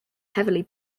heavily